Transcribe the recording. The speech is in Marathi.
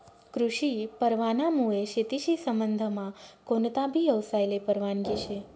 कृषी परवानामुये शेतीशी संबंधमा कोणताबी यवसायले परवानगी शे